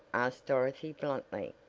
asked dorothy bluntly.